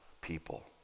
people